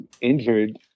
injured